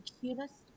cutest